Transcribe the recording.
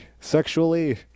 sexually